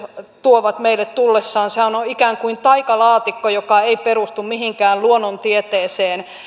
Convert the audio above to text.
tuovat meille tullessaan sehän on ikään kuin taikalaatikko joka ei perustu mihinkään luonnontieteeseen